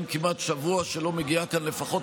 אין כמעט שבוע שלא מגיעה כאן לפחות